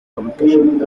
communications